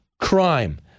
crime